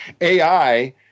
AI